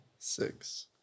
Six